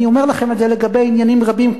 אני אומר לכם את זה לגבי עניינים רבים,